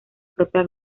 propia